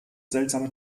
seltsame